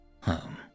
home